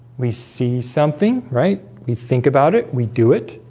we see something right we think about it. we do it.